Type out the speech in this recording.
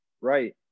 right